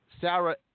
Sarah